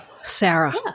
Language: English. Sarah